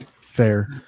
Fair